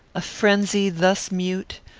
a frenzy thus mute,